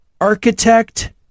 architect